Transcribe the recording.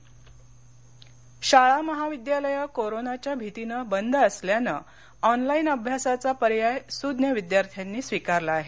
online अभ्यास शाळा महाविद्यालयं कोरोनाच्या भितीनं बंद असल्यानं ऑनलाईन अभ्यासाचा पर्याय सुज्ञ विद्यार्थ्यांनी स्वीकारला आहे